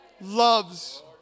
loves